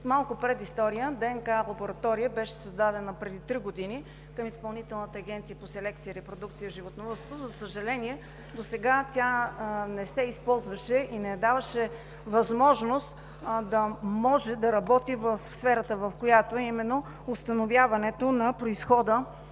Малко предистория. ДНК лаборатория беше създадена преди три години към Изпълнителната агенция по селекция и репродукция в животновъдството. За съжаление, досега тя не се използваше и не даваше възможност да се работи в сферата, в която е, а именно установяването на произхода